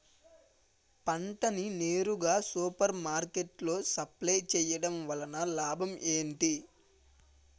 పంట ని నేరుగా సూపర్ మార్కెట్ లో సప్లై చేయటం వలన లాభం ఏంటి?